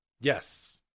yes